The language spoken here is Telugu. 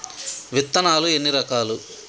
విత్తనాలు ఎన్ని రకాలు?